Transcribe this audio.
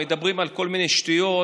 מדברים על כל מיני שטויות,